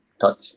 touch